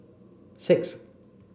six